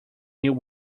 new